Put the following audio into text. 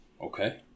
Okay